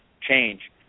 change